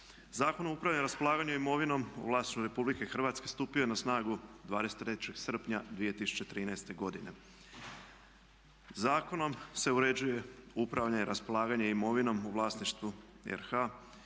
Zakon o upravljanju i raspolaganju imovinom u Vlasništvu Republike Hrvatske stupio je na snagu 23. srpnja 2013. godine. Zakonom se uređuje upravljanje i raspolaganje imovinom u vlasništvu RH